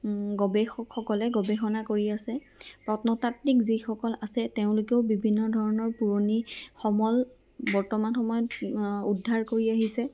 গৱেষকসকলে গৱেষণা কৰি আছে প্ৰত্নতাত্বিক যিসকল আছে তেওঁলোকেও বিভিন্ন ধৰণৰ পুৰণি সমল বৰ্তমান সময়ত আ উদ্ধাৰ কৰি আহিছে